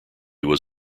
were